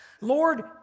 Lord